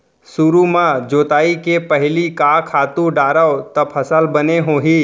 सुरु म जोताई के पहिली का खातू डारव त फसल बने होही?